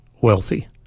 wealthy